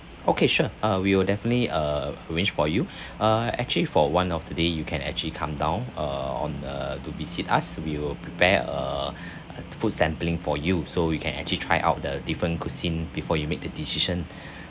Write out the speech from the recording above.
okay sure uh we will definitely err arrange for you uh actually for one of the day you can actually come down err on err to visit us we will prepare a food sampling for you so you can actually try out the different cuisine before you make the decision